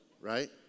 Right